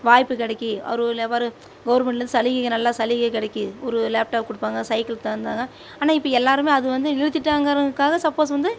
வாய்ப்பு கெடைக்கிது கவர்மெண்ட்லந்து சலுகைகள் நல்லா சலுகை கெடைக்கிது ஒரு லேப்டாப் கொடுப்பாங்க சைக்கிள் தந்தாங்க ஆனால் இப்போ எல்லாருமே அது வந்து நிறுத்திட்டாங்கருங்காக சப்போஸ் வந்து